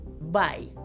Bye